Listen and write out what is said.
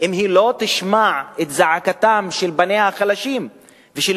אם היא לא תשמע את זעקתם של בניה החלשים ושל